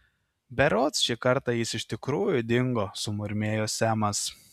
berods šį kartą jis iš tikrųjų dingo sumurmėjo semas